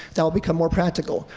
that will become more practical.